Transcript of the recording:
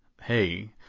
Hey